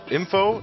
info